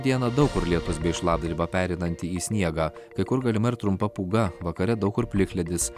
dieną daug kur lietus bei šlapdriba pereinanti į sniegą kai kur galima ir trumpa pūga vakare daug kur plikledis